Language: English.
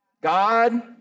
God